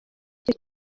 icyo